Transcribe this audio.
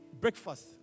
breakfast